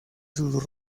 sus